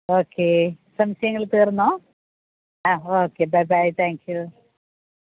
okay സംശയങ്ങൾ തീർന്നോ ആ okay bye bye thank U